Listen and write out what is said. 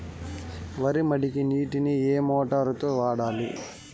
వరి మడికి నీటిని ఏ మోటారు తో వాడాలి?